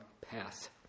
path